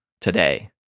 today